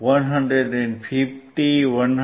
150 153